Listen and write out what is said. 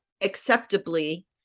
acceptably